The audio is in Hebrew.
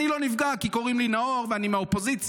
אני לא נפגע כי קוראים לי נאור ואני מהאופוזיציה,